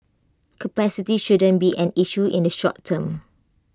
capacity shouldn't be an issue in the short term